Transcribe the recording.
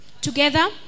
together